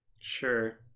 Sure